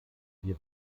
wir